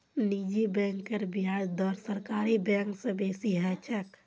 निजी बैंकेर ब्याज दर सरकारी बैंक स बेसी ह छेक